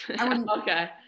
Okay